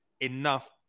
enough